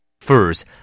First